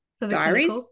diaries